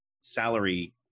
salary